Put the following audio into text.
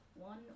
One